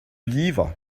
livre